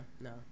no